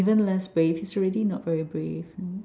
even less brave is already not very brave